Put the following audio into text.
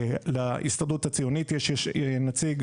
להסתדרות הציונית יש נציג